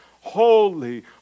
Holy